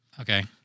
Okay